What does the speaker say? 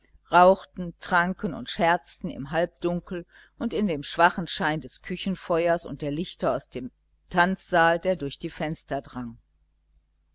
rauchten tranken und scherzten im halbdunkel und in dem schwachen schein des küchenfeuers und der lichter aus dem tanzsaal der durch die fenster drang